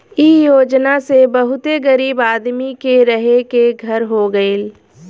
इ योजना से बहुते गरीब आदमी के रहे के घर हो गइल